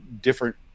different